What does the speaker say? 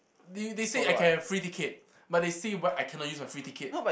they they say I can have free ticket but they say I cannot use my free ticket